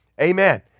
Amen